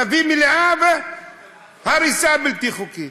נביא למליאה הריסה בלתי חוקית.